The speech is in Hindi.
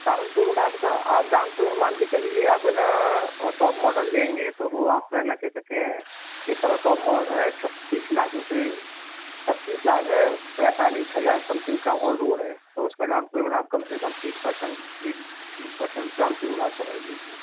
डाउन पेमेंट आपका आप डाउन पेमेंट मान के चलिए आप है ना और टॉप मॉडल लेंगे तो वो आपकाे है ना क्या कहते हैं इस समय टॉप मॉडर आ रहा है छत्तीस लाख रुपये छत्तीस लाख है पैंतालीस हज़ार समथिंग का ऑन रोड है तो उसका डाउन पेमेंट आप कम से कम आप तीस परसेंट बीस तीस परसेंट डाउन पेमेंट आप समझ लीजिए